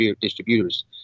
distributors